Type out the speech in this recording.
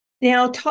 Now